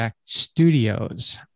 Studios